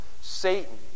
Satan